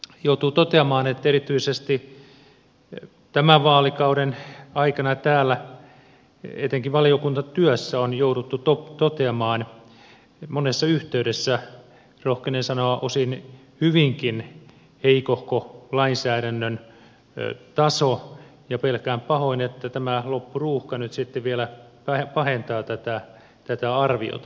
joutuu toteamaan että erityisesti tämän vaalikauden aikana täällä etenkin valiokuntatyössä on jouduttu toteamaan monessa yhteydessä rohkenen sanoa osin hyvinkin heikohko lainsäädännön taso ja pelkään pahoin että tämä loppuruuhka nyt sitten vielä pahentaa tätä arviota